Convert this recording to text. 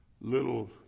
little